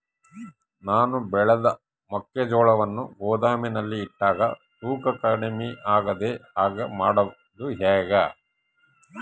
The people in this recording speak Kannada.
ನಾನು ಬೆಳೆದ ಮೆಕ್ಕಿಜೋಳವನ್ನು ಗೋದಾಮಿನಲ್ಲಿ ಇಟ್ಟಾಗ ತೂಕ ಕಮ್ಮಿ ಆಗದ ಹಾಗೆ ಮಾಡೋದು ಹೇಗೆ?